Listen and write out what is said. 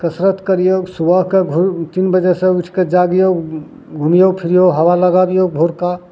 कसरत करियौ सुबहके तीन बजेसँ उठिके जागियौ घूमियौ फिरियौ हवा लगबियौ भोरका